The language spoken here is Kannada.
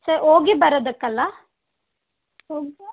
ಸರ್ ಹೋಗಿ ಬರೋದಕ್ಕಲ್ಲ